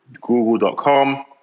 Google.com